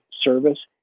service